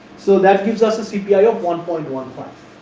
so, that gives us the cpi of one point one five.